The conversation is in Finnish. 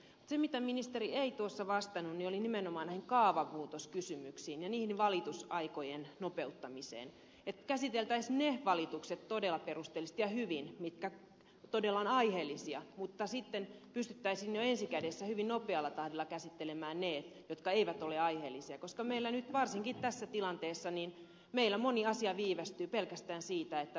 se mihin ministeri ei tuossa vastannut olivat nimenomaan kaavamuutoskysymykset ja niiden valitusaikojen nopeuttaminen niin että käsiteltäisiin ne valitukset todella perusteellisesti ja hyvin mitkä todella ovat aiheellisia mutta pystyttäisiin jo ensi kädessä hyvin nopealla tahdilla käsittelemään ne jotka eivät ole aiheellisia koska meillä nyt varsinkin tässä tilanteessa moni asia viivästyy pelkästään siksi että valituskierre on niin pitkä